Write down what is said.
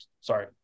Sorry